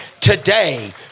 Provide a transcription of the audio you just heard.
Today